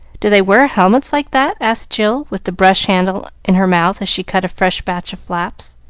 do they wear helmets like that? asked jill, with the brush-handle in her mouth as she cut a fresh batch of flaps.